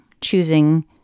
choosing